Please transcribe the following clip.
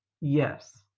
Yes